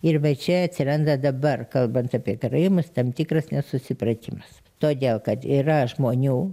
ir va čia atsiranda dabar kalbant apie karaimus tam tikras nesusipratimas todėl kad yra žmonių